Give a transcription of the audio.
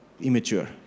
immature